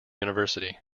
university